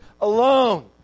alone